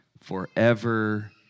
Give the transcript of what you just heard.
forever